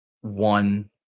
One